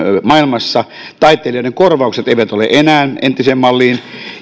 maailmassa taiteilijoiden korvaukset eivät ole enää entiseen malliin